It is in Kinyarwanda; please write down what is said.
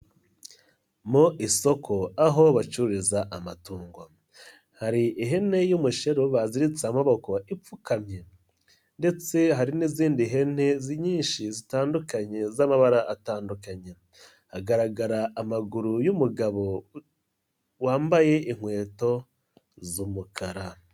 Mu isoko aho bacururiza amatungo, hari ihene y'umusheru baziritse amaboko ipfukamye ndetse hari n'izindi hene nyinshi zitandukanye z'amabara atandukanye, hagaragara amaguru y'umugabo wambaye inkweto z'umukara.